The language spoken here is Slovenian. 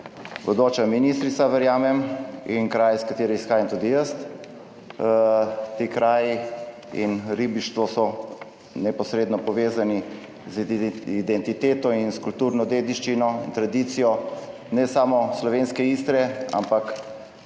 bodoča ministrica, verjamem, in kraj iz katere izhajam tudi jaz. Ti kraji in ribištvo so neposredno povezani z identiteto in s kulturno dediščino in tradicijo ne samo slovenske Istre, ampak